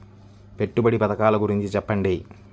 పెట్టుబడి పథకాల గురించి చెప్పండి?